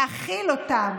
להכיל אותם.